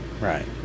right